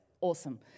awesome